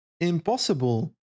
impossible